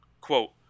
Quote